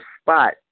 spot